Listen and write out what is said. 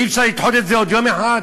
אי-אפשר לדחות את זה עוד ביום אחד?